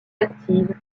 actives